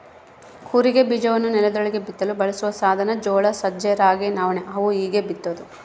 ಕೂರಿಗೆ ಬೀಜವನ್ನು ನೆಲದೊಳಗೆ ಬಿತ್ತಲು ಬಳಸುವ ಸಾಧನ ಜೋಳ ಸಜ್ಜೆ ರಾಗಿ ನವಣೆ ಅವು ಹೀಗೇ ಬಿತ್ತೋದು